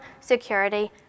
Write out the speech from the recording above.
security